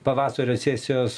pavasario sesijos